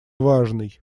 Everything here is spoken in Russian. важный